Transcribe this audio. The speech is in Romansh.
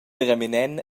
reminent